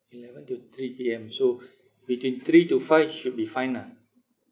eleven to three P_M so between three to five should be fine lah